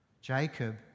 Jacob